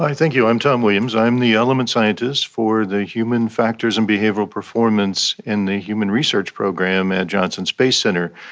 thank you, i'm tom williams, i am the element scientist for the human factors and behavioural performance in the human research program at johnson space centre.